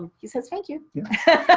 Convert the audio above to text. um he says thank you.